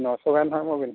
ᱱᱚᱥᱚ ᱜᱟᱱ ᱦᱟᱜ ᱮᱢᱚᱜ ᱵᱤᱱ